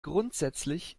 grundsätzlich